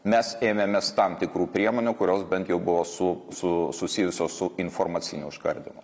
mes ėmėmės tam tikrų priemonių kurios bent jau buvo su su susijusios su informaciniu užkardymu